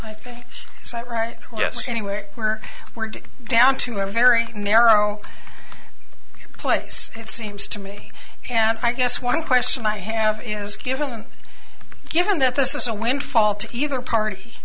i think it's not right yes anywhere where we're down to a very narrow place it seems to me and i guess one question i have is given given that this is a windfall to either party